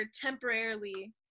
temporarily